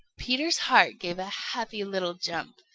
peter's heart gave a happy little jump.